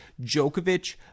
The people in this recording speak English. Djokovic